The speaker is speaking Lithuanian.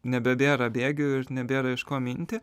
nebebėra bėgių ir nebėra iš ko minti